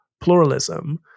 pluralism